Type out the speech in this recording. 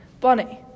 Bonnie